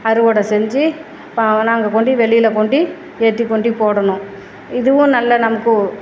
அறுவடை செஞ்சி நாங்கள் கொண்டு வெளியில் கொண்டு ஏற்றி கொண்டு போடணும் இதுவும் நல்ல நமக்கு